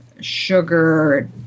Sugar